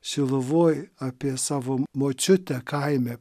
šiluvoj apie savo močiutę kaime